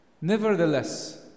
Nevertheless